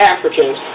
Africans